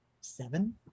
seven